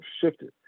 shifted